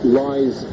lies